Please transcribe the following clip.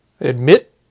admit